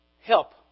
help